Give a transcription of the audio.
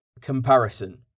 comparison